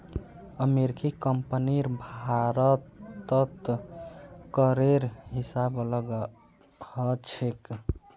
अमेरिकी कंपनीर भारतत करेर हिसाब अलग ह छेक